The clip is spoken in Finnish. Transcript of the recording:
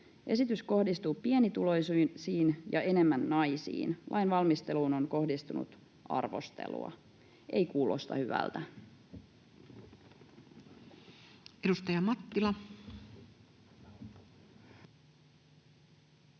Esitys kohdistuu pienituloisiin ja enemmän naisiin. Lain valmisteluun on kohdistunut arvostelua. Ei kuulosta hyvältä. [Speech 50]